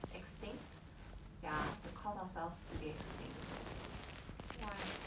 extinct ya we cause ourself to be extinct ya